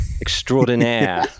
Extraordinaire